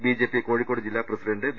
B J P Kozhikode ജില്ലാ president V